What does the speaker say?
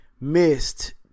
missed